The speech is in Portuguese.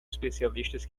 especialistas